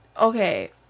okay